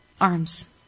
arms